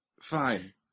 Fine